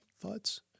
thoughts